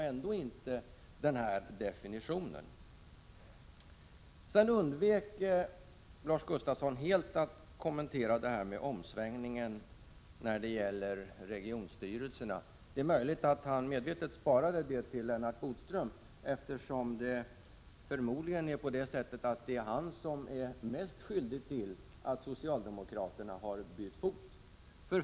Lars Gustafsson undvek helt att kommentera omsvängningen när det gäller regionstyrelserna. Det är möjligt att han medvetet sparade det åt Lennart Bodström, eftersom det förmodligen är han som är mest skyldig till att socialdemokraterna har bytt fot.